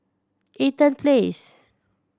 Eaton Place